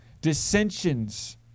Dissensions